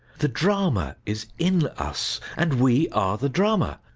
the drama is in us, and we are the drama.